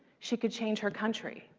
she could change her country.